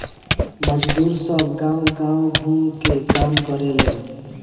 मजदुर सब गांव गाव घूम के काम करेलेन